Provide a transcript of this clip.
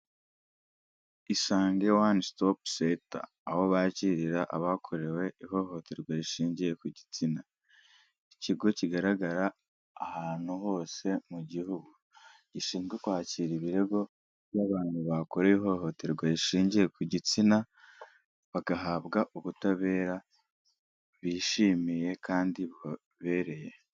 Isange One Stop Center aho bakirira abakorewe ihohoterwa rishingiye ku gitsina, ikigo kigaragara ahantu hose mu gihugu, gishinzwe kwakira ibirego by'abantu bakore ihohoterwa rishingiye ku gitsina bagahabwa ubutabera bishimiye kandi bubabereye.